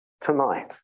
tonight